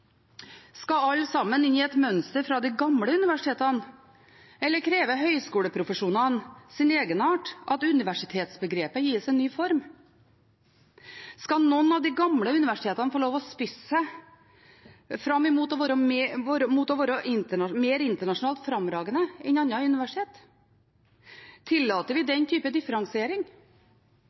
Skal alle sammen inn i et mønster fra de gamle universitetene, eller krever høyskoleprofesjonene sin egenart, at universitetsbegrepet gis en ny form? Skal noen av de gamle universitetene få lov til å spisse seg fram mot å være mer internasjonalt fremragende enn andre universitet? Tillater vi den type differensiering?